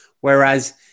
Whereas